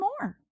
more